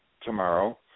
tomorrow